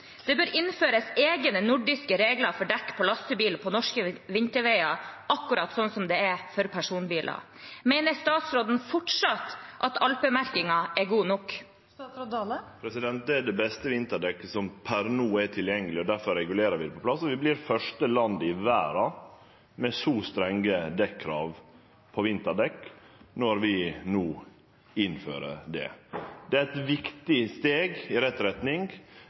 Det bør innføres egne nordiske regler for dekk på lastebiler på norske vinterveier, akkurat som det er for personbiler. Mener statsråden fortsatt at alpemerkingen er god nok? Det er det beste vinterdekket som per no er tilgjengeleg, og derfor regulerer vi det på plass. Vi vert det første landet i verda med så strenge krav på vinterdekk, når vi no innfører det. Det er eit viktig steg i